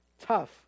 tough